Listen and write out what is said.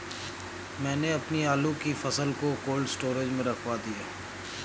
मैंने अपनी आलू की फसल को कोल्ड स्टोरेज में रखवा दिया